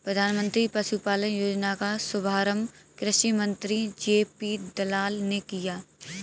प्रधानमंत्री पशुपालन योजना का शुभारंभ कृषि मंत्री जे.पी दलाल ने किया